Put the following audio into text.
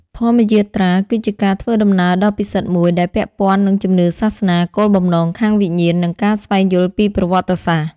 ធម្មយាត្រា គឺជាការធ្វើដំណើរដ៏ពិសិដ្ឋមួយដែលពាក់ព័ន្ធនឹងជំនឿសាសនា គោលបំណងខាងវិញ្ញាណ និងការស្វែងយល់ពីប្រវត្តិសាស្រ្ត។